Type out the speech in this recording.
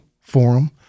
forum